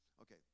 Okay